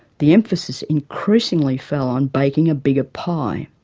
the emphasis increasingly fell on baking a bigger pie,